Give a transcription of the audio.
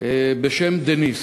בשם דניס.